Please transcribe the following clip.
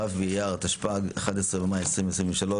כ' באייר התשפ"ג, 11 במאי 2023,